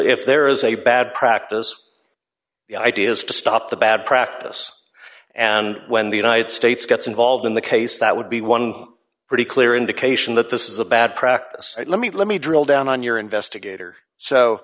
if there is a bad practice the idea is to stop the bad practice and when the united states gets involved in the case that would be one pretty clear indication that this is a bad practice let me let me drill down on your investigator so